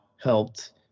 helped